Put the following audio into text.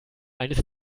eines